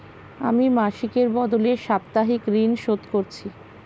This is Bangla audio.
আমি মাসিকের বদলে সাপ্তাহিক ঋন শোধ করছি